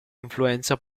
influenza